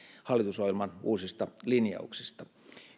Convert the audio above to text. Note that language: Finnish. hallitusohjelman uusista linjauksista